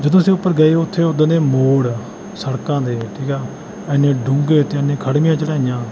ਜਦੋਂ ਅਸੀਂ ਉੱਪਰ ਗਏ ਉੱਥੇ ਉੱਦਾਂ ਦੇ ਮੋੜ ਸੜਕਾਂ ਦੇ ਠੀਕ ਆ ਐਨੇ ਡੂੰਘੇ ਅਤੇ ਐਨੇ ਖੜ੍ਹਵੀਆਂ ਚੜ੍ਹਾਈਆਂ